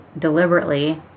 deliberately